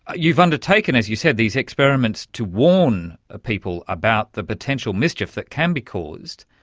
you've undertaken, as you've said, these experiments to warn ah people about the potential mischief that can be caused.